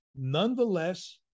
Nonetheless